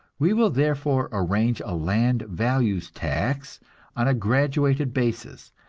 we will therefore arrange a land values tax on a graduated basis,